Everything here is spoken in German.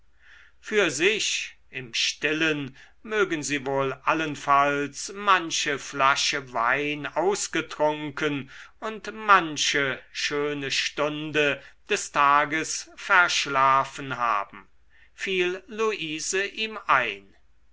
für sich im stillen mögen sie wohl allenfalls manche flasche wein ausgetrunken und manche schöne stunde des tages verschlafen haben fiel luise ihm ein